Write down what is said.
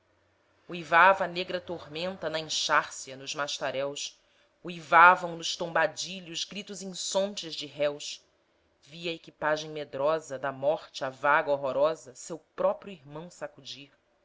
a negra tormenta na enxárcia nos mastaréus uivavam nos tombadilhos gritos insontes de réus vi a equipagem medrosa da morte à vaga horrorosa seu próprio irmão sacudir